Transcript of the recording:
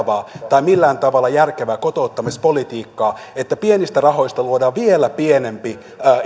tai millään tavalla järkevää kotouttamispolitiikkaa että pienistä rahoista luodaan vielä pienempi